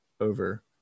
over